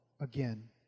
again